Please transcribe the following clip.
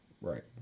Right